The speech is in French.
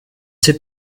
sais